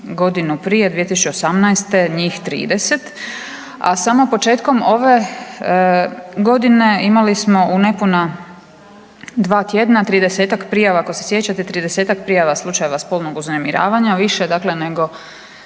godinu prije 2018. njih 30, a samo početkom ove godine imali smo u nepuna dva tjedana 30-ak prijava ako se sjećate 30-ak prijava slučajeva spolnog uznemiravanja, više dakle nego